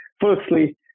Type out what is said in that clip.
firstly